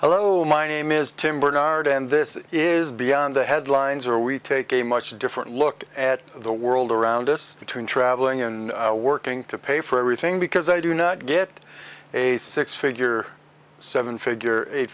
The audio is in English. oh my name is tim burton and this is beyond the headlines or we take a much different look at the world around us between travelling and working to pay for everything because i do not get a six figure seven figure